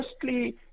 firstly